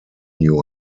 new